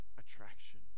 attraction